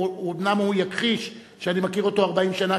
אומנם הוא יכחיש שאני מכיר אותו 40 שנה,